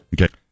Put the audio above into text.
Okay